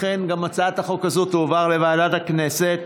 לכן, גם הצעת החוק הזאת תועבר לוועדת הכנסת.